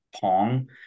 Pong